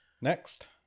Next